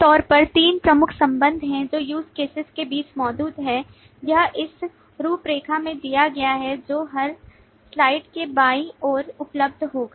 आमतौर पर तीन प्रमुख संबंध हैं जो use cases के बीच मौजूद हैं यह इस रूपरेखा में दिया गया है जो हर स्लाइड के बाईं ओर उपलब्ध होगा